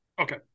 Okay